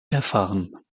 verfahren